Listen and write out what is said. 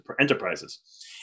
enterprises